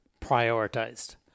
prioritized